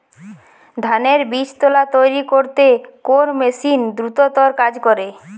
ধানের বীজতলা তৈরি করতে কোন মেশিন দ্রুততর কাজ করে?